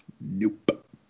Nope